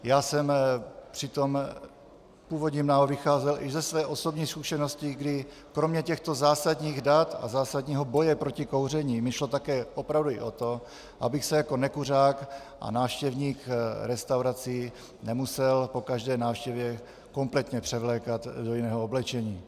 Já jsem přitom v původním návrhu vycházel i ze své osobní zkušenosti, kdy kromě těchto zásadních dat a zásadního boje proti kouření mi šlo také opravdu i o to, abych se jako nekuřák a návštěvník restaurací nemusel po každé návštěvě kompletně převlékat do jiného oblečení.